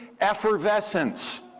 effervescence